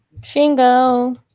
Shingo